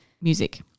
music